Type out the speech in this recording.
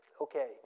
Okay